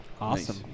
Awesome